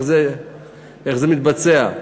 איך זה מתבצע?